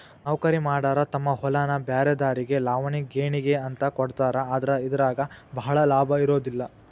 ನೌಕರಿಮಾಡಾರ ತಮ್ಮ ಹೊಲಾನ ಬ್ರ್ಯಾರೆದಾರಿಗೆ ಲಾವಣಿ ಗೇಣಿಗೆ ಅಂತ ಕೊಡ್ತಾರ ಆದ್ರ ಇದರಾಗ ಭಾಳ ಲಾಭಾ ಇರುದಿಲ್ಲಾ